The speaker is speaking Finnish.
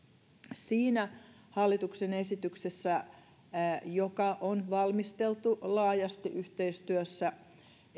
siinä hallituksen esityksessä joka on valmisteltu laajasti yhteistyössä